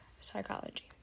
psychology